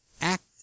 act